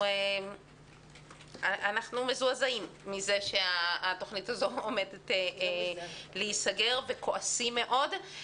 אנחנו מזועזעים מכך שהתוכנית הזאת עומדת להיסגר וכועסים מאוד.